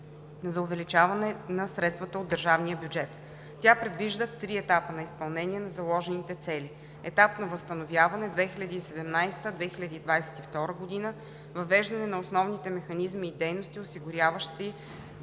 за увеличение на средствата от държавния бюджет. Тя предвижда три етапа на изпълнение на заложените цели: - етап на възстановяване (2017 – 2022 г.) – въвеждане на основните механизми и дейности, осигуряващи